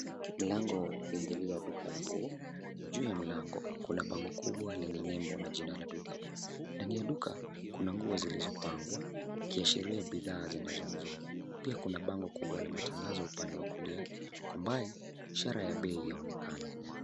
Mlango wa kuingilia duka la nguo, juu ya mlango kuna bango kubwa lenye nembo na jina la duka. Ndani ya duka kuna nguo zilizopangwa, ikiashiria bidhaa zinazouzwa. Pia kuna bango kubwa la matangazo upande wa kulia, kwa mbali ishara ya bei, yaonekana.